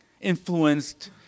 influenced